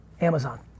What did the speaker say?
Amazon